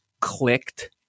clicked